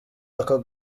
ako